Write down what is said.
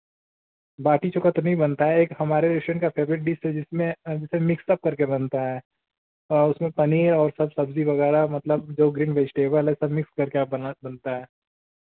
बाटी चोखा तो नहीं बनता है एक हमारे रेश्टोरेंट का फेवरेट डिस है जिसमें जैसे मिक्स अप करके बनता है उसमें पनीर और सब सब्ज़ी वगैरह मतलब जो ग्रीन वेजीटेबल है सब मिक्स करके आप बना बनता है